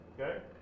okay